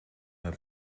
her